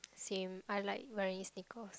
same I like wearing sneakers